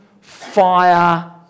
fire